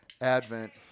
Advent